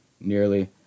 nearly